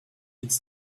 it’s